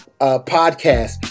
podcast